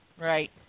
Right